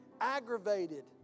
aggravated